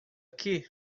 aqui